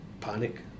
Panic